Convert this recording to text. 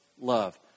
love